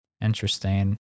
Interesting